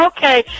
Okay